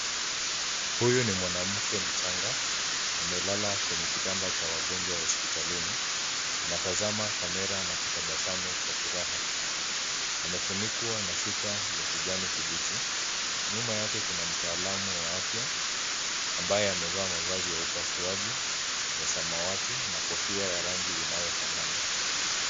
Huyu ni mwanamke mchanga. Amelala kwenye kitanda cha wagonjwa hospitalini. Anatazama kamera na kutabasamu kwa furaha. Amefunikwa na shuka ya kijani kibichi. Nyuma yake kuna mtaalamu wa afya ambaye amevaa mavazi ya upasuaji ya samawati na kofia ya rangi inayofanana.